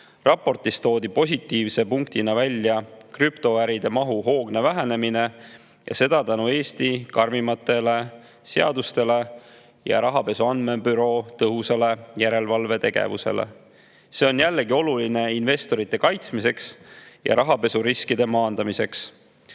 Raportis toodi positiivse punktina välja krüptoäride mahu hoogne vähenemine tänu Eesti karmimatele seadustele ja Rahapesu Andmebüroo tõhusale järelevalvetegevusele. See on jällegi oluline investorite kaitsmiseks ja rahapesuriskide maandamiseks.